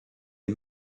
est